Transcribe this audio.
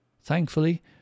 thankfully